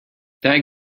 that